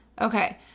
Okay